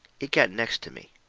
it got next to me.